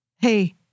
hey